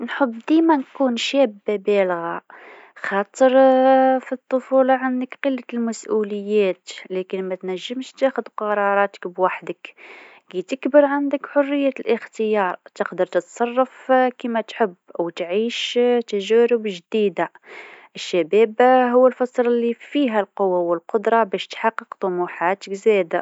نحب ديما نكون شابه بالغه، خاطر في الطفوله عندك ثلت المسؤوليات، لكن ما تنجمش تاخذ قراراتك وحدك، كي تكبر عندك حرية الاختيار، تقدر تتصرف كما تحب و تعيش تجارب جديده، الشباب هو الفصل اللي فيه القوه و القدره باش تحقق طموحاتك زاده.